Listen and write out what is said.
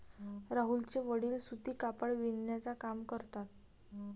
राहुलचे वडील सूती कापड बिनण्याचा काम करतात